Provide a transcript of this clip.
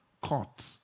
court